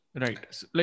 Right